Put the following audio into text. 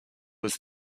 was